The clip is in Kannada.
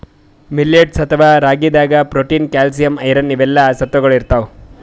ಮಿಲ್ಲೆಟ್ಸ್ ಅಥವಾ ರಾಗಿದಾಗ್ ಪ್ರೊಟೀನ್, ಕ್ಯಾಲ್ಸಿಯಂ, ಐರನ್ ಇವೆಲ್ಲಾ ಸತ್ವಗೊಳ್ ಇರ್ತವ್